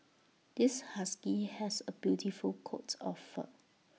this husky has A beautiful coat of fur